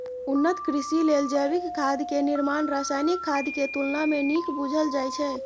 उन्नत कृषि लेल जैविक खाद के निर्माण रासायनिक खाद के तुलना में नीक बुझल जाइ छइ